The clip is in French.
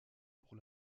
pour